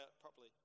properly